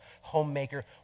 homemaker